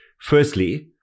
firstly